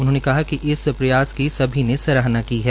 उन्होंने कहा कि इस प्रयास की सभी सराहना की है